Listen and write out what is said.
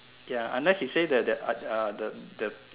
ya unless you say that there are are the the